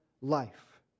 life